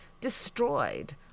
destroyed